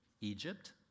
Egypt